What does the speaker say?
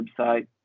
website